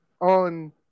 on